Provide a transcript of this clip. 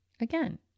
again